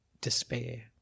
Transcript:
despair